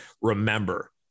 Remember